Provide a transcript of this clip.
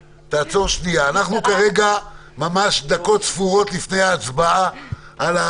הסיפור של שירותים סוציאליים כי יש לנו הרבה